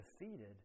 defeated